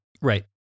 right